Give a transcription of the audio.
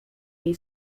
jej